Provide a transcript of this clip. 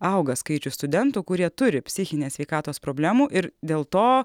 auga skaičius studentų kurie turi psichinės sveikatos problemų ir dėl to